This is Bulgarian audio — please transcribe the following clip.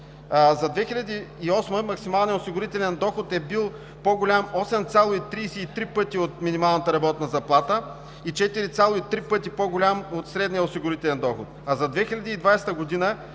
За 2008 г. максималният осигурителен доход е бил 8,33 пъти по-голям от минималната работна заплата и 4,3 пъти по-голям от средния осигурителен доход. За 2020 г.